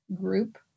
group